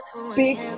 speak